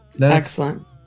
Excellent